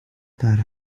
that